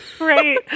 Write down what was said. Right